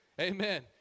Amen